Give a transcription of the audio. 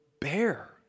bear